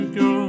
go